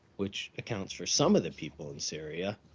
which accounts for some of the people in syria,